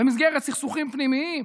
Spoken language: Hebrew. במסגרת סכסוכים פנימיים.